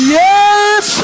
yes